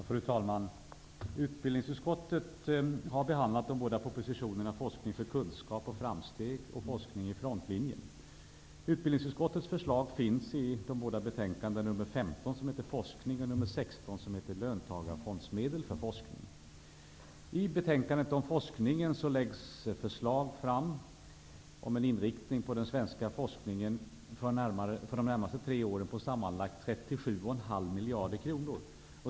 Fru talman! Utbildningsutskottet har behandlat de båda propositionerna Forskning för kunskap och framsteg och Forskning i frontlinjen. Utbildningsutskottets förslag finns i de båda betänkandena nr 15, som heter Forskning, och nr I betänkandet om forskningen läggs förslag fram om en inriktning på den svenska forskningen för de närmaste tre åren på sammanlagt 37,5 miljarder kronor.